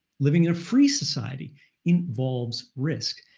living in a free society involves risk.